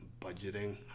Budgeting